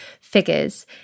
figures